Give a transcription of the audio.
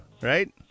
right